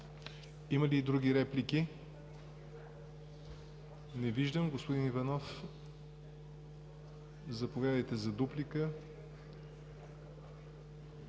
Има ли други реплики? Няма. Господин Иванов, заповядайте за дуплика.